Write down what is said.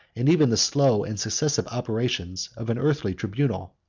and even the slow and successive operations, of an earthly tribunal.